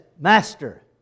Master